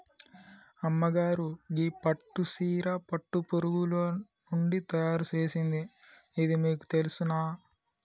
అమ్మగారు గీ పట్టు సీర పట్టు పురుగులు నుండి తయారు సేసింది ఇది మీకు తెలుసునా